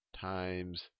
Times